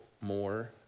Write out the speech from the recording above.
more